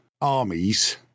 armies